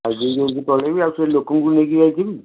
ଜଲ୍ଦି ଜଲ୍ଦି ପଳେଇବି ଆଉ ସେ ଲୋକକୁ ନେଇକି ଯାଇଥିବି